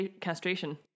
castration